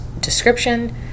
description